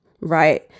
right